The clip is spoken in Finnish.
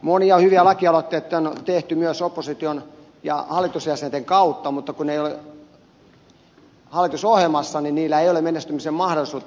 monia hyviä lakialoitteita on tehty myös opposition ja hallitusjäsenten kautta mutta kun ne eivät ole hallitusohjelmassa niin niillä ei ole menestymisen mahdollisuutta